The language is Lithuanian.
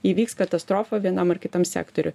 įvyks katastrofa vienam ar kitam sektoriuj